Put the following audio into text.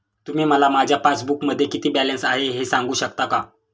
तुम्ही मला माझ्या पासबूकमध्ये किती बॅलन्स आहे हे सांगू शकता का?